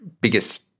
biggest